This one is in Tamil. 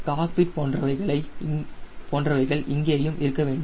மற்றும் காக்பிட் போன்றவைகள் இங்கேயும் இருக்க வேண்டும்